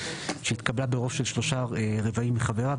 שהתקבלה ברוב של שלושה רבעים מחבריה,